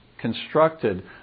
constructed